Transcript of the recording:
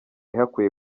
hakwiye